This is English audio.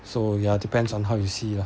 so ya depends on how you see it lah